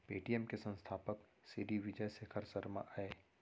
Paytm के संस्थापक सिरी विजय शेखर शर्मा अय